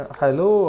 hello